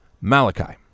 Malachi